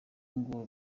ngo